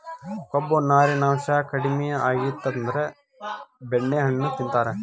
ಕೊಬ್ಬು, ನಾರಿನಾಂಶಾ ಕಡಿಮಿ ಆಗಿತ್ತಂದ್ರ ಬೆಣ್ಣೆಹಣ್ಣು ತಿಂತಾರ